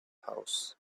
house